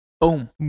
Boom